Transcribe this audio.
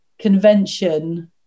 convention